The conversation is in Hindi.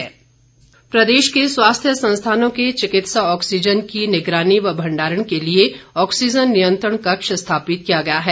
नियंत्रण कक्ष प्रदेश के स्वास्थ्य संस्थानों के चिकित्सा ऑक्सीजन की निगरानी व भंडारण के लिए ऑक्सीजन नियंत्रण कक्ष स्थापित किया गया है